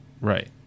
Right